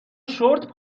شرت